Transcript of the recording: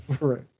Right